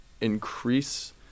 increase